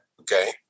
Okay